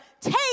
take